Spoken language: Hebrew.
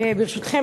ברשותכם,